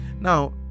now